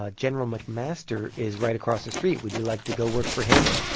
ah general mcmaster is right across the street. would you like to go work for him?